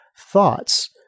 thoughts